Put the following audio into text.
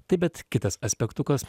tai bet kitas aspektukas